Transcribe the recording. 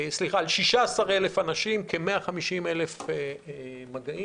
16,000 אנשים ו-150,000 מגעים.